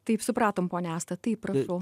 taip supratom ponia asta taip prašau